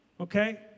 okay